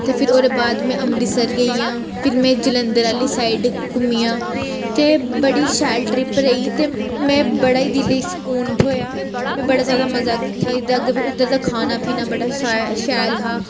ते फिर ओह्दे बाद मै अमृतसर गेई आं फिर मै जलंधर आह्ली साइड घूमी आं ते बड़ी शैल ट्रिप रेही ते मै बड़ा ई दिली सुकून थ्होएया में बड़ा ज्यादा मज़ा कीता उद्धर दा खाना पीना बड़ा शै शैल हा